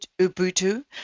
Ubuntu